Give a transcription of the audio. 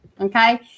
okay